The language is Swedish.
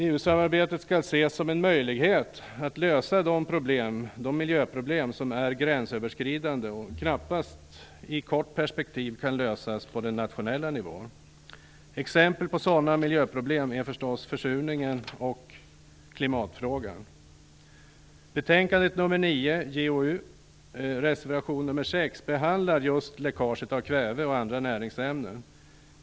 EU-samarbetet skall ses som en möjlighet att lösa de miljöproblem som är gränsöverskridande och som knappast i ett kort perspektiv kan lösas på nationell nivå. Exempel på sådana miljöproblem är förstås försurningen och klimatfrågan. Reservation 6 till betänkandet JoU9 behandlar just läckaget av kväve och andra näringsämnen.